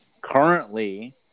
Currently